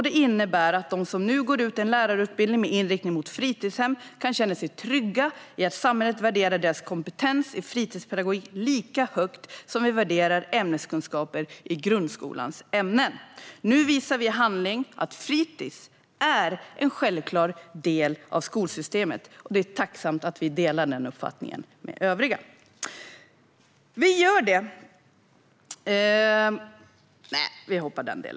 Det innebär också att de som nu går ut en lärarutbildning med inriktning mot fritidshem kan känna sig trygga i att samhället värderar deras kompetens i fritidspedagogik lika högt som man värderar ämneskunskaper i grundskolans ämnen. Nu visar vi i handling att fritis är en självklar del av skolsystemet. Det är tacksamt att vi delar den uppfattningen med övriga. Herr talman!